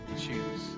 choose